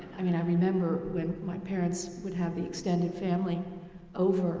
i mean, i remember when my parents would have the extended family over